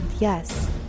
yes